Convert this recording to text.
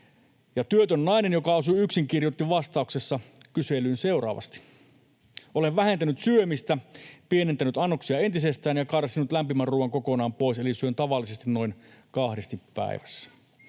työtön nainen, joka asuu yksin, kirjoitti vastauksessa kyselyyn seuraavasti: ”Olen vähentänyt syömistä, pienentänyt annoksia entisestään ja karsinut lämpimän ruuan kokonaan pois eli syön tavallisesti noin kahdesti päivässä.”